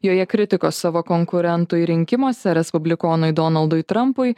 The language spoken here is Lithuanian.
joje kritikos savo konkurentui rinkimuose respublikonui donaldui trampui